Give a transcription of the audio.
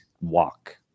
walk